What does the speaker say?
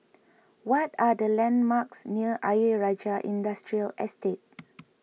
what are the landmarks near Ayer Rajah Industrial Estate